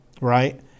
right